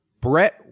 Brett